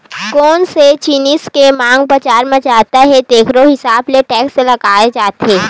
कोन से जिनिस के मांग बजार म जादा हे तेखरो हिसाब ले टेक्स लगाए जाथे